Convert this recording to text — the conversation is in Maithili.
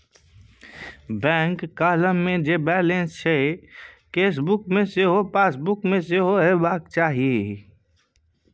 बैंक काँलम मे जे बैलंंस छै केसबुक मे सैह पासबुक मे सेहो हेबाक चाही